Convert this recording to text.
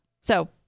So-